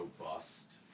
robust